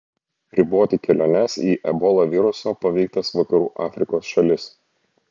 riboti keliones į ebola viruso paveiktas vakarų afrikos šalis